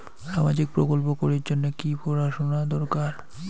সামাজিক প্রকল্প করির জন্যে কি পড়াশুনা দরকার?